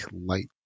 light